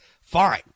fine